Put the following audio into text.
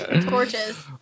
Torches